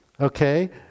okay